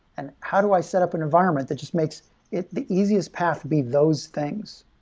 and how do i set up an environment that just makes it the easiest path be those things?